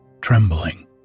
trembling